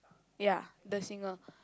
ya the singer